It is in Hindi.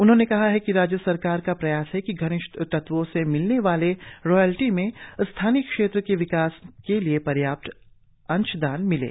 उन्होंने कहा है कि राज्य सरकार का प्रयास है कि गनिष्ठ तत्वो से मिलने वाले रॉयल्टी में स्थानीय क्षेत्र के विकास के लिए पर्याप्त अंशदान मिले